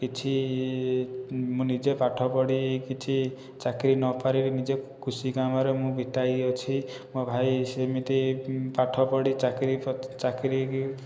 କିଛି ମୁଁ ନିଜେ ପାଠ ପଢ଼ି କିଛି ଚାକିରି ନ ପାରିବି ନିଜେ କୃଷି କାମରେ ମୁଁ ବିତାଇ ଅଛି ମୋ ଭାଇ ସେମିତି ପାଠ ପଢ଼ି ଚାକିରି ଚାକିରି